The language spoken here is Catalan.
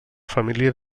família